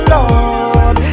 Lord